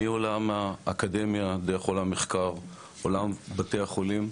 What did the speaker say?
מהעולם האקדמי וכל המחקר, עולם בתי החולים,